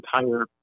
entire